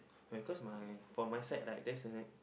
don't cause my for my side right there's a